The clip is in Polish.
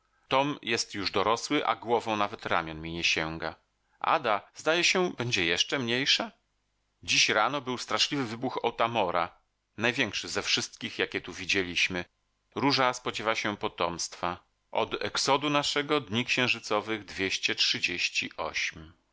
tom jest już dorosły a głową nawet ramion mi nie sięga ada zdaje się będzie jeszcze mniejsza dziś rano był straszliwy wybuch otamora największy ze wszystkich jakie tu widzieliśmy róża spodziewa się potomstwa od exodu naszego dni księżycowych dwieście trzydzieści ośm